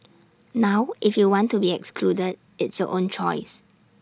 now if you want to be excluded it's your own choice